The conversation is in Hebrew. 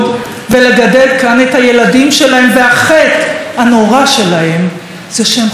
והחטא הנורא שלהם זה שהם חושבים אחרת ממך.